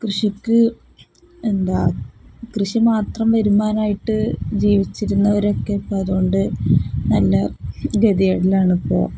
കൃഷിക്ക് എന്താണ് കൃഷി മാത്രം വരുമാനമായിട്ട് ജീവിച്ചിരുന്നവരൊക്കെ ഇപ്പം അതുകൊണ്ട് നല്ല ഗതികേടിലാണ് ഇപ്പോൾ